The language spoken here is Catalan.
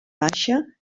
baixa